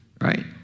right